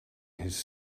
his